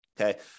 okay